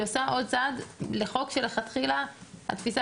היא עושה עוד צעד לחוק שמלכתחילה התפיסה